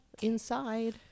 Inside